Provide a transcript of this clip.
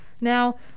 Now